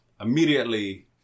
immediately